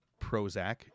Prozac